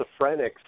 schizophrenics